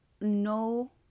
no